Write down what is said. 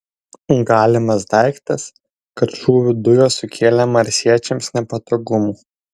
galimas daiktas kad šūvių dujos sukėlė marsiečiams nepatogumų